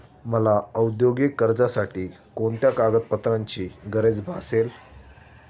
मला औद्योगिक कर्जासाठी कोणत्या कागदपत्रांची गरज भासेल?